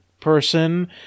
person